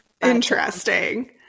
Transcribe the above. interesting